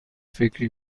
فکر